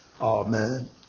Amen